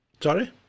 Sorry